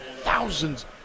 thousands